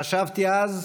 חשבתי אז,